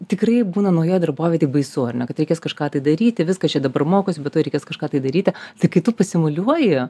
tikrai būna naujoj darbovietėj baisu ar ne kad reikės kažką tai daryti viskas čia dabar mokausi bet tuoj reikės kažką tai daryti tai kai tu pasimuliuoji